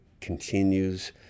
continues